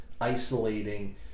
isolating